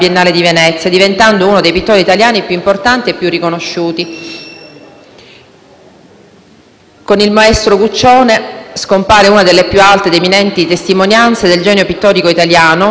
Con il maestro Guccione scompare una delle più alte ed eminenti testimonianze del genio pittorico italiano, che ha onorato non solo la Sicilia, ma il nostro Paese tutto per oltre mezzo secolo.